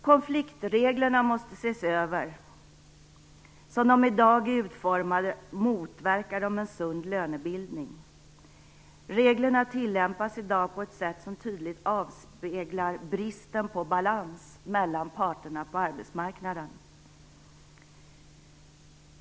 Konfliktreglerna måste ses över. Som de i dag är utformade motverkar de en sund lönebildning. Reglerna tillämpas i dag på ett sätt som tydligt avspeglar bristen på balans mellan parterna på arbetsmarknaden.